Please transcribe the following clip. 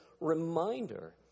reminder